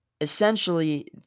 essentially